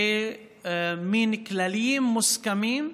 מין כללים מוסכמים,